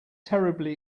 terribly